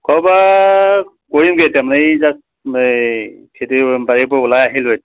খোৱা বোৱা কৰিমগৈ এতিয়া মানে এই জাষ্ট এই খেতি বাৰীৰ পৰা ওলাই আহিলোঁ